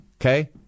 Okay